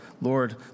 Lord